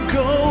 go